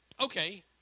okay